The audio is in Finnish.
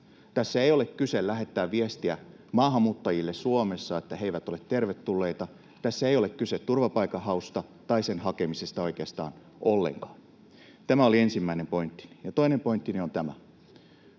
Tässä ei ole kyse viestin lähettämisestä maahanmuuttajille Suomessa, että he eivät ole tervetulleita, tässä ei ole kyse turvapaikanhausta tai sen hakemisesta oikeastaan ollenkaan. Tämä oli ensimmäinen pointtini. Ja toinen pointtini on tämä: